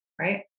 Right